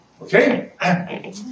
Okay